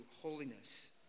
holiness